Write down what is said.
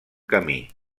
camí